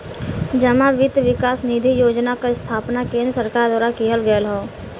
जमा वित्त विकास निधि योजना क स्थापना केन्द्र सरकार द्वारा किहल गयल हौ